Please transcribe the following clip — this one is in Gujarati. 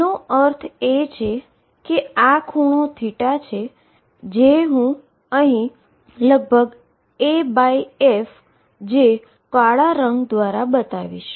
તેનો અર્થ એ કે આ એંન્ગલ θ છે જે હું અહીં af કાળા રંગ દ્વારા બતાવીશ